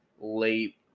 late